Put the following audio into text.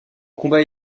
combat